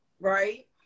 right